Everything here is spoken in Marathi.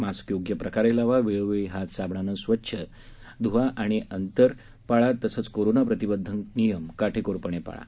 मास्क योग्य प्रकारे लावा वेळोवेळी हात साबणाने स्वच्छ अंतर आणि कोरोना प्रतिबंधक नियम काटेकोरपणे पाळा